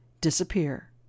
disappear